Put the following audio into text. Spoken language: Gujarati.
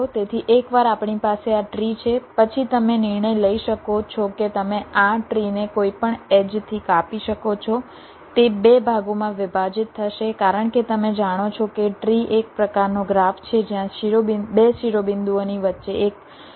તેથી એકવાર આપણી પાસે આ ટ્રી છે પછી તમે નિર્ણય લઈ શકો છો કે તમે આ ટ્રી ને કોઈપણ એડ્જ થી કાપી શકો છો તે 2 ભાગોમાં વિભાજિત થશે કારણ કે તમે જાણો છો કે ટ્રી એક પ્રકારનો ગ્રાફ છે જ્યાં 2 શિરોબિંદુઓની વચ્ચે એક યુનિક પાથ છે